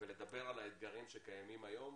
ולדבר על האתגרים שקיימים היום,